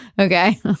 Okay